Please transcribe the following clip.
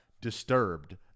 disturbed